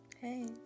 Hey